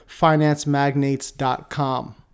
financemagnates.com